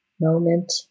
moment